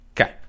Okay